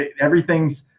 everything's